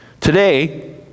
Today